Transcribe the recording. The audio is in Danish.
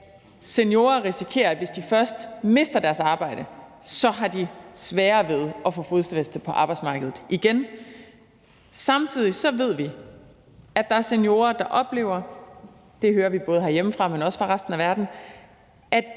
seniorer risikerer, hvis de først mister deres arbejde, at de så har sværere ved at få fodfæste på arbejdsmarkedet igen. Samtidig ved vi, at der er seniorer, der oplever – det hører vi både herhjemme, men også fra resten af verden – at